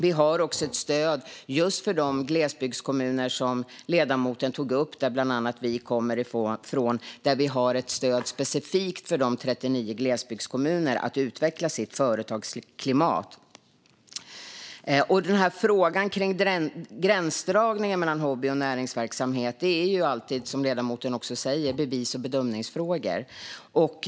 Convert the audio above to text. Vi har också ett stöd just för de glesbygdskommuner som ledamoten tog upp, som bland annat vi kommer ifrån. Där har vi ett stöd specifikt för 39 glesbygdskommuner att utveckla sitt företagsklimat.Gränsdragningen mellan hobby och näringsverksamhet är alltid, som ledamoten också säger, bevis och bedömningsfrågor.